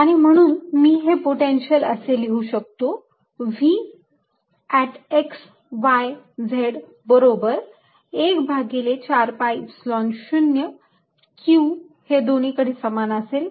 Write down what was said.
आणि म्हणून मी पोटेन्शियल असे लिहू शकतो की V x y z बरोबर 1 भागिले 4 pi Epsilon 0 q हे दोन्हीकडे समान असेल